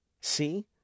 See